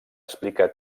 explica